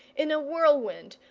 in a whirlwind,